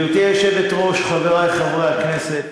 גברתי היושבת-ראש, חברי חברי הכנסת,